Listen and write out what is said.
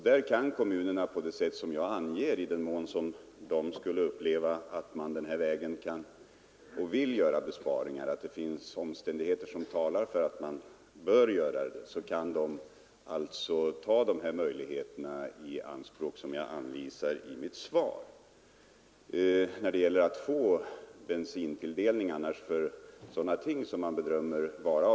Som jag angivit i mitt svar kan kommunerna, om de på denna väg kan göra besparingar och det finns omständigheter som talar för att de bör göra det, besluta om ändring i hämtningsintervallerna.